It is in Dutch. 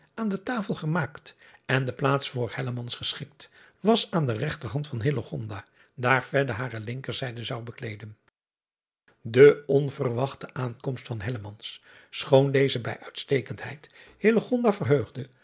aan de tafel gemaakt en de plaats voor geschikt was aan de regterhand van daar hare linkerzijde zou bekleeden e onverwachte aankomst van schoon deze bij uitstekendheid verheugde